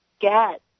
get